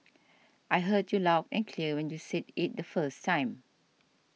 I heard you loud and clear when you said it the first time